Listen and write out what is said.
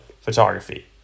photography